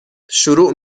شروع